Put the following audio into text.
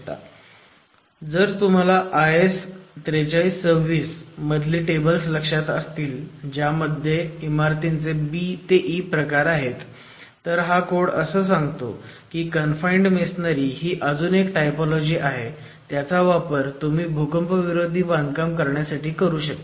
तर जर तुम्हाला IS 4326 मधली टेबल्स लक्षात असतील ज्यामध्ये इमारतींचे B ते E प्रकार आहेत तर हा कोड असं सांगतो की कन्फाईंड मेसोनारी ही अजून एक टायपोलॉजी आहे त्याचा वापर तुम्ही भूकंपविरोधी बांधकाम करण्यासाठी करू शकता